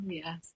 yes